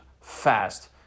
fast